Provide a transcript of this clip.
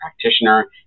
practitioner